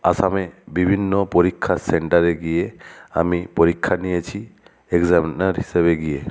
আসামে বিভিন্ন পরীক্ষা সেন্টারে গিয়ে আমি পরীক্ষা নিয়েছি এক্সামিনার হিসেবে গিয়ে